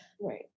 right